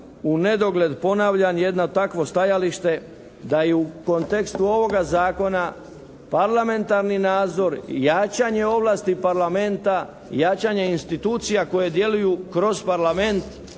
unedogled ponavljam jedno takvo stajalište da i u kontekstu ovoga Zakona parlamentarni nadzor i jačanje ovlasti Parlamenta, jačanje institucija koje djeluju kroz Parlament